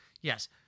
Yes